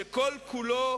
שכל-כולו